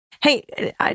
Hey